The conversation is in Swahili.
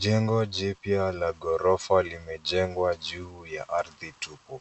Jengo jipya la ghorofa limejengwa juu ya ardhi tupu.